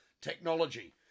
technology